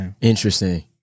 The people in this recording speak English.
Interesting